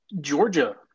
Georgia